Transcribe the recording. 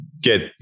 get